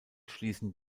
schließen